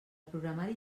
programari